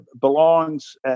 belongs